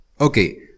Okay